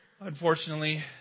unfortunately